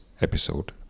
episode